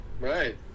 Right